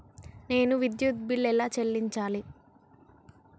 నేను విద్యుత్ బిల్లు ఎలా చెల్లించాలి?